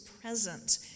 present